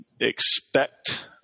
expect